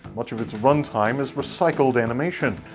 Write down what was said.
much of its run time is recycled animation,